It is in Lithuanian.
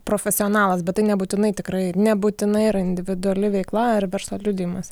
profesionalas bet tai nebūtinai tikrai nebūtinai yra individuali veikla ar verslo liudijimas